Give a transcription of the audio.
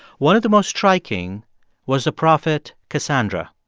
one of the most striking was the prophet cassandra.